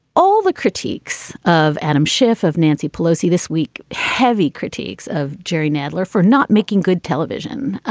all the critiques of adam schiff of nancy pelosi this week, heavy critiques of jerry nadler for not making good television,